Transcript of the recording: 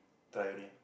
try only lah